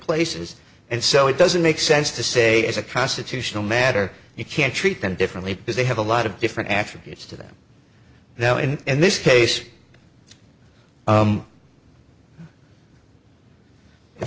places and so it doesn't make sense to say as a constitutional matter you can't treat them differently because they have a lot of different africans to them now in this case